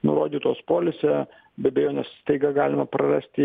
nurodytos polise be abejonės staiga galima prarasti